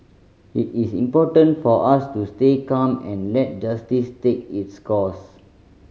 it is important for us to stay calm and let justice take its course